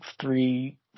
three